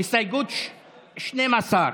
הסתייגות 12,